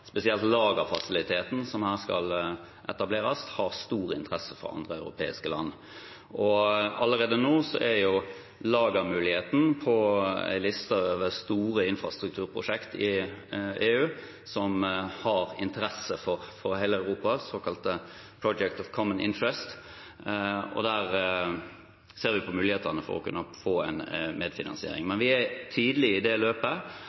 spesielt lagerfasiliteten som her skal etableres, har stor interesse for andre europeiske land. Allerede nå er lagermuligheten på en liste over store infrastrukturprosjekter i EU som har interesse for hele Europa, såkalte «Projects of Common Interest», der ser vi på mulighetene for å kunne få en medfinansiering. Men vi er tidlig i det løpet.